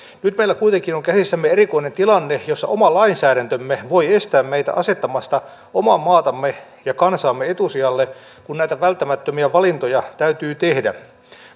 nyt meillä kuitenkin on käsissämme erikoinen tilanne jossa oma lainsäädäntömme voi estää meitä asettamasta omaa maatamme ja kansaamme etusijalle kun näitä välttämättömiä valintoja täytyy tehdä